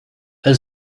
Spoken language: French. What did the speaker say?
elle